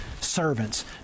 servants